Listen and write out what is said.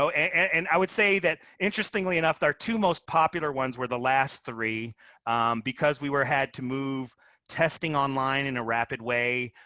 so and i would say that, interestingly enough, our two most popular ones were the last three because we had to move testing online in a rapid way.